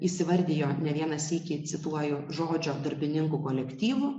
įsivardijo ne vieną sykį cituoju žodžio darbininkų kolektyvu